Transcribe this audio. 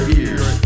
ears